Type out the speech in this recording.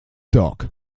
dog